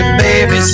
baby